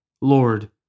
Lord